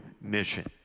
mission